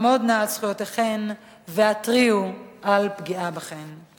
עמודנה על זכויותיכן והתרענה על פגיעה בכן.